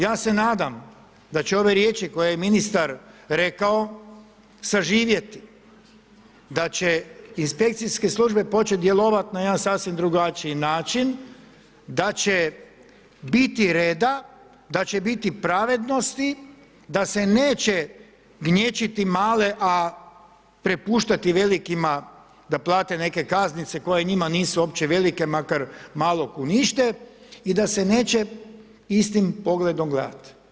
Ja se nadam da će ove riječi koje je ministar rekao, suživjeti, da će inspekcijske službe početi djelovati na jedan sasvim drugačiji način, da će biti reda, da će biti pravednosti, da se neće gnječiti male, a prepuštati velikima da prate neke kaznice, koje njima nisu uopće velike, makar malog unište i da se neće istim pogledom gledati.